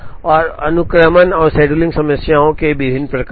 और अनुक्रमण और शेड्यूलिंग समस्याओं के विभिन्न प्रकार